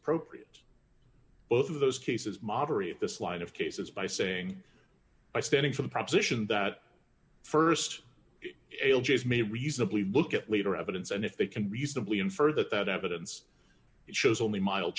appropriate both of those cases moderate this line of cases by saying by standing for the proposition that st may reasonably look at later evidence and if they can reasonably infer that that evidence shows only mild